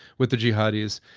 with the jihadis,